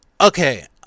Okay